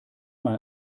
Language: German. mal